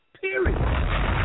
Period